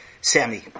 Sammy